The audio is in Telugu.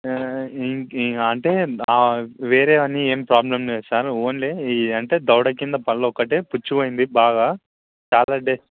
ఇంక అంటే వేరేవి అన్నీ ఏమి ప్రోబ్లం లేదు సార్ ఓన్లీ ఈ అంటే దవడ కింద పళ్ళు ఒక్కటే పుచ్చిపోయింది బాగా